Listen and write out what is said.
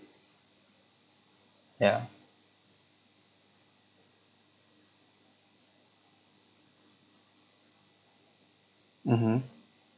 yeah mmhmm